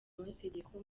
amategeko